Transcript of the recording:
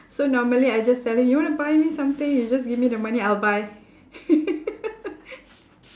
so normally I just tell him you want to buy me something you just give me the money I'll buy